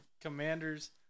Commanders